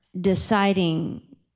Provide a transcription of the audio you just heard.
deciding